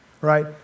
Right